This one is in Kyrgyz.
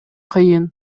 кыйын